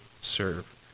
serve